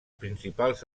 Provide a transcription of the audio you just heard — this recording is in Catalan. principals